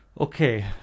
Okay